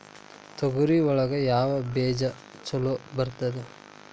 ತೊಗರಿ ಒಳಗ ಯಾವ ಬೇಜ ಛಲೋ ಬರ್ತದ?